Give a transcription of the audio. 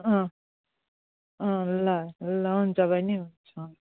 अँ अँ ल ल हुन्छ बहिनी हुन्छ हुन्छ